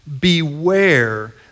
Beware